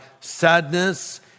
sadness